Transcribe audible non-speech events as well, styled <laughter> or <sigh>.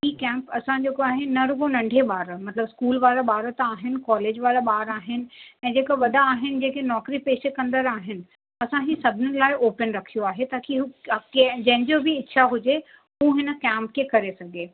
ही कैम्प असां जेको आहे न रुॻो नंढे ॿार मतलबु स्कूल वारा ॿार त आहिनि कॉलेज वारा ॿार आहिनि ऐं जेके वॾा आहिनि जेके नौकिरी पेशे कंदड़ आहिनि असांजे सभिनिनि ही लाइ ऑपिन रखियो आहे ताकि हू <unintelligible> जंहिं जो बि इच्छा हुजे हू हिन कैम्प खे करे सघे